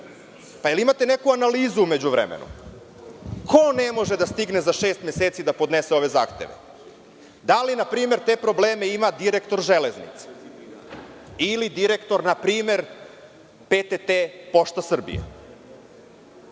Da li imate neku analizu u međuvremenu? Ko ne može da stigne za šest meseci da podnese ove zahteve? Da li npr. te probleme ima direktor „Železnice“ ili direktor npr. PTT Pošta Srbije?